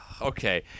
okay